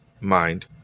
Mind